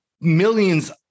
millions